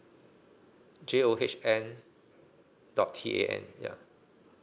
J O H N dot T A N ya